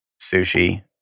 sushi